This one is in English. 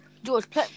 George